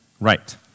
Right